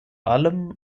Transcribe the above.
allem